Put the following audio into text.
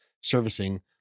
servicing